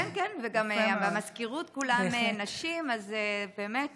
כן כן, וגם במזכירות כולן נשים, אז באמת